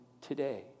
today